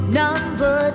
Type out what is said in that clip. number